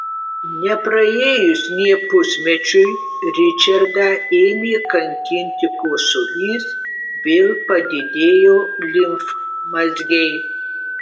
nepraėjus nė pusmečiui ričardą ėmė kankinti kosulys vėl padidėjo limfmazgiai